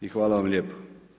I hvala vam lijepo.